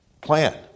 plan